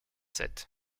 sept